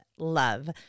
love